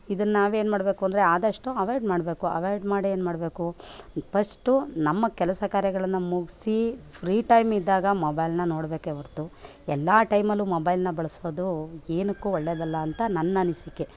ಇದನ್ನ ನಾವು ಏನ್ಮಾಡಬೇಕು ಅಂದರೆ ಆದಷ್ಟು ಅವಾಯ್ಡ್ ಮಾಡಬೇಕು ಅವಾಯ್ಡ್ ಮಾಡಿ ಏನ್ಮಾಡ್ಬೇಕು ಪಸ್ಟು ನಮ್ಮ ಕೆಲಸ ಕಾರ್ಯಗಳನ್ನು ಮುಗಿಸಿ ಫ್ರೀ ಟೈಮ್ ಇದ್ದಾಗ ಮೊಬೈಲ್ನ ನೋಡಬೇಕೆ ಹೊರತು ಎಲ್ಲ ಟೈಮಲ್ಲೂ ಮೊಬೈಲ್ನ ಬಳಸೋದು ಏನಕ್ಕೂ ಒಳ್ಳೇದಲ್ಲ ಅಂತ ನನ್ನ ಅನಿಸಿಕೆ